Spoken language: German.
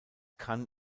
kann